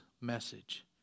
message